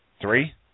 three